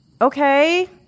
Okay